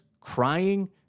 crying